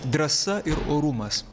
drąsa ir orumas